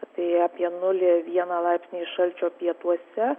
tai apie nulį vieną laipsnį šalčio pietuose